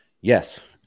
Yes